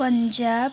Punjab